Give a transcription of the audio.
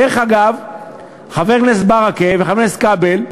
דרך אגב, חבר הכנסת ברכה וחבר הכנסת כבל,